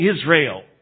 Israel